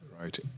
Right